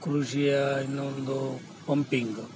ಕೃಷಿಯ ಇನ್ನೊಂದು ಪಂಪಿಂಗು